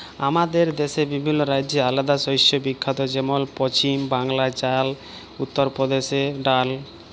আমাদের দ্যাশে বিভিল্ল্য রাজ্য আলেদা শস্যে বিখ্যাত যেমল পছিম বাংলায় চাল, উত্তর পরদেশে ডাল